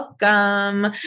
welcome